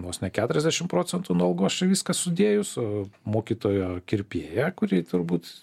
vos ne keturiasdešimt procentų nuo algos čia viską sudėjus o mokytojo kirpėja kuri turbūt